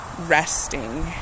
resting